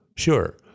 Sure